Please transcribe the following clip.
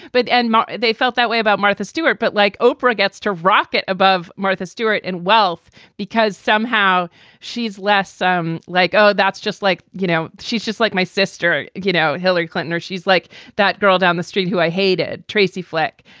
but. and they felt that way about martha stewart. but like oprah gets to rocket above martha stewart and wealth because somehow she's less um like, oh, that's just like you know, she's just like my sister, you know, hillary clinton. or she's like that girl down the street who i hated. tracy flick.